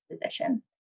position